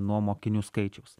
nuo mokinių skaičiaus